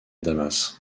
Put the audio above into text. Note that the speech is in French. damas